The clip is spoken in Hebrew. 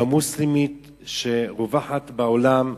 המוסלמית שרווחת בעולם.